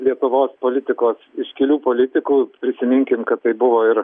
lietuvos politikos iškilių politikų prisiminkim kad tai buvo ir